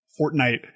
Fortnite